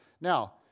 Now